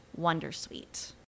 Wondersuite